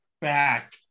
back